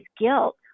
guilt